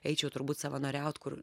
eičiau turbūt savanoriaut kur